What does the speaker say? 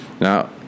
Now